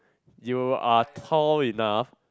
you are tall enough